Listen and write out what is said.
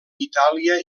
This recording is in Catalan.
itàlia